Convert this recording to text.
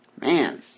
Man